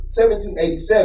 1787